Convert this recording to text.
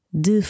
De